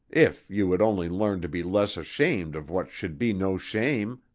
if you would only learn to be less ashamed of what should be no shame.